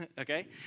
Okay